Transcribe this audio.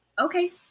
Okay